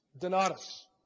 Donatus